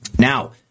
Now